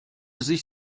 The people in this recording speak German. sich